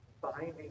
binding